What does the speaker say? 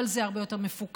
אבל זה הרבה יותר מפוכח,